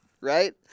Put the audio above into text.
Right